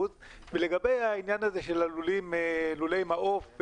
ולגבי העניין הזה של לולי מעוף,